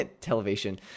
television